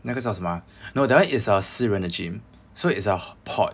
那个叫什么 ah no that [one] is a 私人的 gym so it's a pot